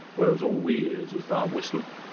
whereas all we' ears, is tha ah whistling.